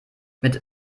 mit